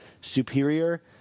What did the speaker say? Superior